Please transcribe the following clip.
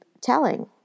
telling